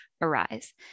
arise